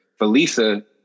Felisa